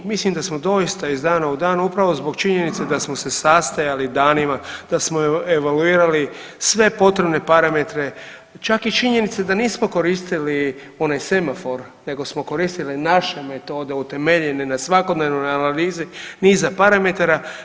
Mislim da smo doista iz dana u dan upravo zbog činjenice da smo se sastajali danima, da smo evaluirali sve potrebne parametre čak i činjenice da nismo koristili onaj semafor, nego smo koristili naše metode utemeljene na svakodnevnoj analizi niza parametara.